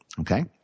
Okay